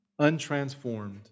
untransformed